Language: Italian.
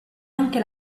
anche